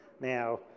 Now